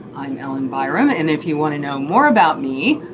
i'm ellen byerrum, and if you want to know more about me,